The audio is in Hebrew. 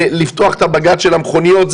לפתוח את הבגז' של המכוניות,